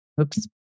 Oops